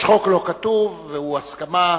יש חוק לא כתוב והוא הסכמה,